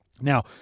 Now